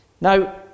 Now